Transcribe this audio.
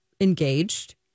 engaged